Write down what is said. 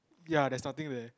ya there's nothing there